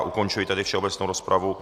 Ukončuji tedy všeobecnou rozpravu.